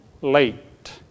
late